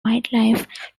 wildlife